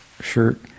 shirt